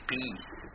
Peace